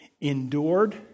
endured